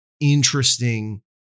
interesting